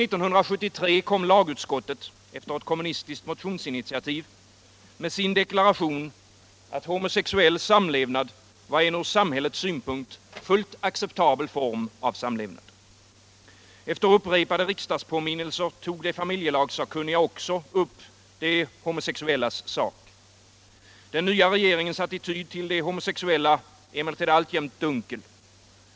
Homosexuella samlevandes sociala rättigheter Nr 23 — med sin deklaration att homosexuell samlevnad var en från samhälls Onsdagen den synpunkt fullt acceptabel form av samlevnad. Efter upprepade riksdags 10 november 1976 påminnelser tog de familjelagssakkunniga upp också de homosexuellas S o o sak. Den nya regeringens attityd till de homosexuella är emellertid allt Homosexuella jämt dunkel.